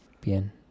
Bien